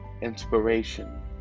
inspiration